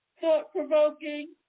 thought-provoking